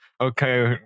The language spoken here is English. okay